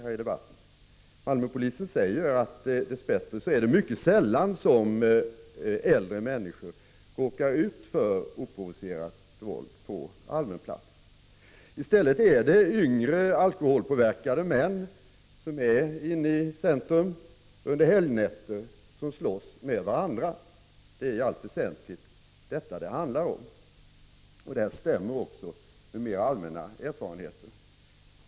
Polisen i Malmö säger att det dess bättre är mycket sällan som äldre människor råkar ut för oprovocerat våld på allmän plats. I stället är det yngre alkoholpåverkade män som är inne i centrum under helgnätter som slåss med varandra. Det är i allt väsentligt den brottsligheten det handlar om. Detta stämmer också med mera allmänna erfarenheter.